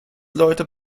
leute